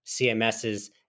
CMS's